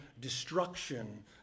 destruction